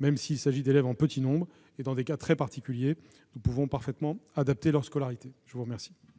même si celles-ci concernent un petit nombre d'élèves et des cas très particuliers, nous pouvons parfaitement adapter la scolarité. Monsieur le